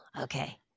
Okay